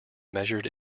measured